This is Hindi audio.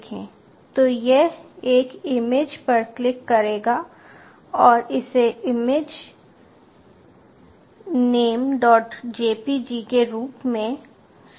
तो यह एक इमेज पर क्लिक करेगा और इसे इमेज namejpg के रूप में संग्रहीत करेगा